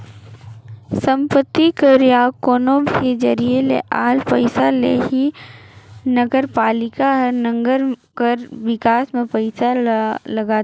संपत्ति कर या कोनो भी जरिए ले आल पइसा ले ही नगरपालिका हर नंगर कर बिकास में पइसा ल लगाथे